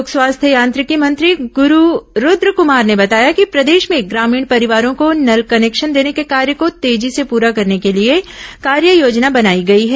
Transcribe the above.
लोक स्वास्थ्य यांत्रिकी मंत्री गुरू रूद्रकुमार ने बताया कि प्रदेश में ग्रामीण परिवारों को नल कनेक्शन देने के कार्य को तेजी से पूरा करने के लिए कार्ययोजना बनाई गई है